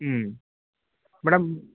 ಹ್ಞೂ ಮೇಡಮ್